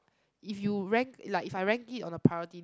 if you rank like if I rank it on a priority